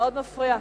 מאוד מפריע.